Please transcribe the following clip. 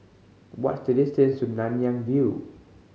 what is the distance to Nanyang View